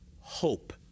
hope